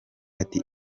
ati